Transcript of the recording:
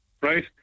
right